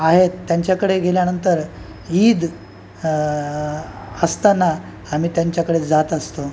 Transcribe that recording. आहेत त्यांच्याकडे गेल्यानंतर ईद असताना आम्ही त्यांच्याकडे जात असतो